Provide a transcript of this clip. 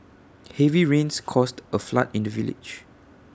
heavy rains caused A flood in the village